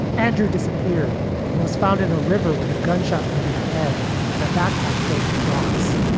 andrew disappeared and was found in a river with a gunshot wound to the head and a backpack filled with rocks.